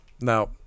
Now